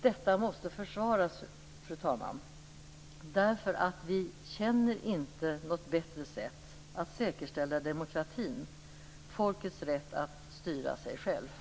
Detta måste försvaras, fru talman, därför att vi känner inte något bättre sätt att säkerställa demokratin; folkets rätt att styra sig självt.